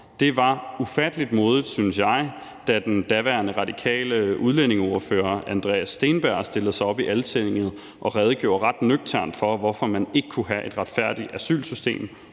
Det var ufattelig modigt, synes jeg, da den daværende radikale udlændingeordfører, Andreas Steenberg, stillede sig op i Altinget og redegjorde ret nøgternt for, hvorfor man ikke kunne have et retfærdigt asylsystem